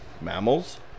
Mammals